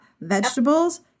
vegetables